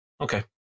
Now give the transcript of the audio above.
okay